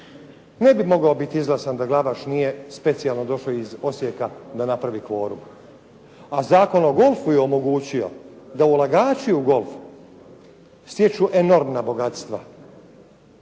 ne bi mogao biti izglasan da Glavaš nije specijalno došao iz Osijeka da napravi kvorum, a Zakon o golfu je omogućio da ulagači u golf stječu enormna bogatstva.